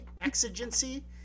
Exigency